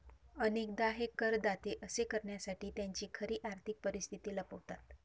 अनेकदा हे करदाते असे करण्यासाठी त्यांची खरी आर्थिक परिस्थिती लपवतात